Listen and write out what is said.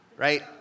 Right